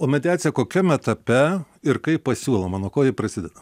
o mediacija kokiam etape ir kaip pasiūloma nuo ko ji prasideda